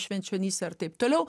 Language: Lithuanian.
švenčionyse ir taip toliau